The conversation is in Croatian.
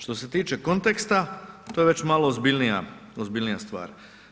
Štose tiče konteksta, to je već malo ozbiljnija stvar.